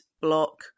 block